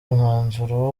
umwanzuro